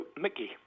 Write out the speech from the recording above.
Mickey